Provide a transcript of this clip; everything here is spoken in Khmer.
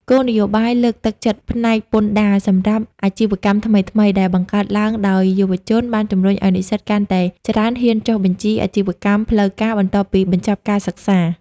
គោលនយោបាយលើកទឹកចិត្តផ្នែកពន្ធដារសម្រាប់អាជីវកម្មថ្មីៗ ដែលបង្កើតឡើងដោយយុវជន បានជម្រុញឱ្យនិស្សិតកាន់តែច្រើនហ៊ានចុះបញ្ជីអាជីវកម្មផ្លូវការបន្ទាប់ពីបញ្ចប់ការសិក្សា។